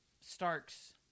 Stark's